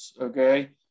okay